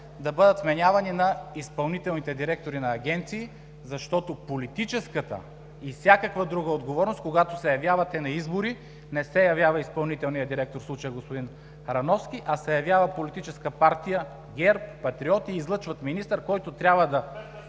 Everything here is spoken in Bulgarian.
да бъдат вменявани на изпълнителните директори на агенции, защото политическата и всякаква друга отговорност… Когато се явявате на избори, не се явява изпълнителният директор, в случая господин Рановски, а се явява Политическа партия ГЕРБ, „Патриотите“ (реплика от ГЕРБ: „Без